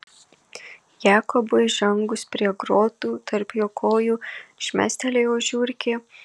jakobui žengus prie grotų tarp jo kojų šmėstelėjo žiurkė